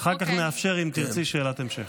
אחר כך נאפשר, אם תרצי, שאלת המשך.